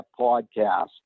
podcast